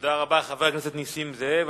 תודה רבה, חבר הכנסת נסים זאב.